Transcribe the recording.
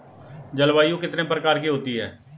जलवायु कितने प्रकार की होती हैं?